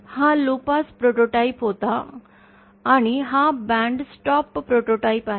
हा low pass prototype होता आणि हा बँडस्टॉप प्रोटोटाइप आहे